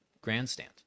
grandstand